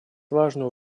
важную